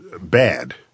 bad